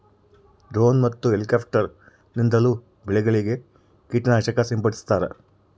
drone ಮತ್ತು helicopter ನಿಂದಲೂ ಬೆಳೆಗಳಿಗೆ ಕೀಟ ನಾಶಕ ಸಿಂಪಡಿಸ್ತಾರ